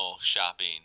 shopping